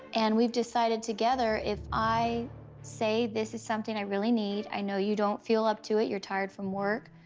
and we've decided together if i say, this is something i really need i know you don't feel up to it. you're tired from work,